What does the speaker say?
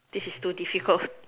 this is too difficult